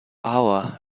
hour